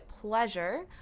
pleasure